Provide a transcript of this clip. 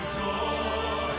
joy